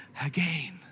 again